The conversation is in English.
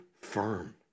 firm